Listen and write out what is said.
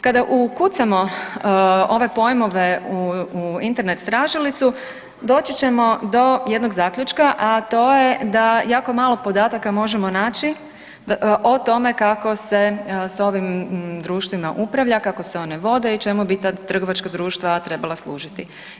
Kada ukucamo ove pojmove u Internet tražilicu doći ćemo do jednog zaključka, a to je da jako malo podataka možemo naći o tome kako se sa ovim društvima upravlja, kako se oni vode i čemu bi ta trgovačka društva trebala služiti.